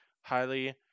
Highly